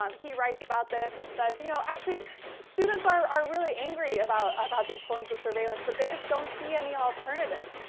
um he writes about this, and says you know, actually, students are are really angry about about these forms of surveillance, but they just don't see any alternatives.